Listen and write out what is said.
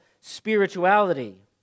spirituality